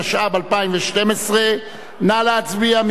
התשע"ב 2012. נא להצביע.